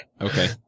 Okay